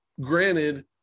granted